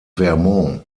vermont